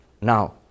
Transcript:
Now